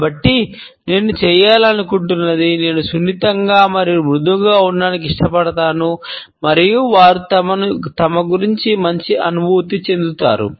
కాబట్టి నేను చేయాలనుకుంటున్నది నేను సున్నితంగా మరియు మృదువుగా ఉండటానికి ఇష్టపడతాను మరియు వారు తమ గురించి మంచి అనుభూతి చెందుతారు